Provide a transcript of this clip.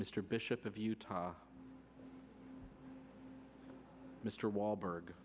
mr bishop of utah mr walberg